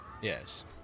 Yes